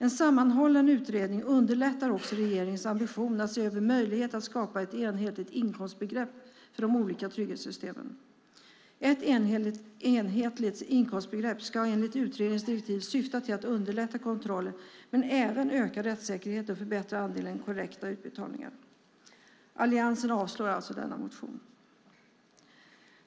En sammanhållen utredning underlättar också regeringens ambition att se över möjligheterna att skapa ett enhetligt inkomstbegrepp för de olika trygghetssystemen. Ett enhetligt inkomstbegrepp ska enligt utredningens direktiv syfta till att underlätta kontrollen men även öka rättssäkerheten och förbättra andelen korrekta utbetalningar. Alliansen avstyrker alltså denna motion.